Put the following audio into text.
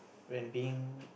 when being